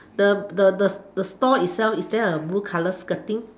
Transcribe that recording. the the the the stall itself is there a blue color skirting